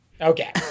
Okay